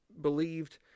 believed